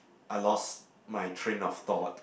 I lost my train of thought